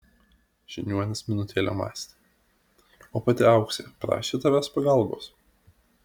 žiniuonis minutėlę mąstė o pati auksė prašė tavęs pagalbos